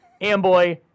Amboy